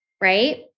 right